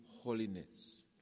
holiness